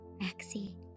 Maxie